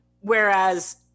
Whereas